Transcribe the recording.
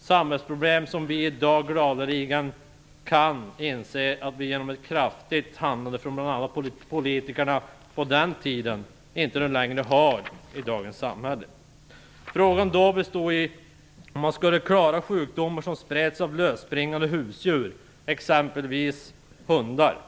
samhällsproblem som vi i dag gladeligen inser att vi genom ett kraftigt handlande från bl.a. politikerna på den tiden inte längre har i dagens samhälle. Frågan då bestod i om man skulle klara sjukdomar som spreds av lösspringande husdjur, exempelvis hundar.